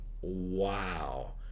wow